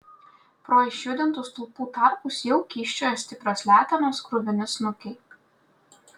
pro išjudintų stulpų tarpus jau kyščiojo stiprios letenos kruvini snukiai